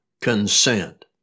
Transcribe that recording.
consent